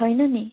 छैन नि